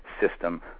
system